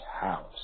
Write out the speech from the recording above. house